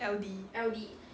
L_D